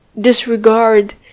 disregard